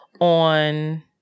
on